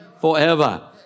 forever